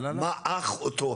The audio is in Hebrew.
מעך אותו.